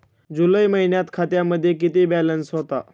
जुलै महिन्यात खात्यामध्ये किती बॅलन्स होता?